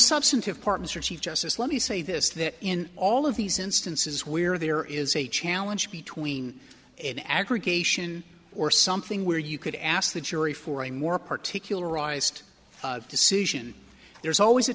substantive part mr chief justice let me say this that in all of these instances where there is a challenge between an aggregation or something where you could ask the jury for a more particular artist decision there's always a